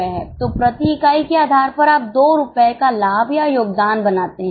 तो प्रति इकाई के आधार पर आप 2 रुपये का लाभ या योगदान बनाते हैं